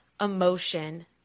emotion